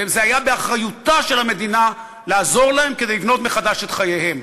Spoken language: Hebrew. וזה היה באחריותה של המדינה לעזור להם לבנות מחדש את חייהם,